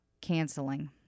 canceling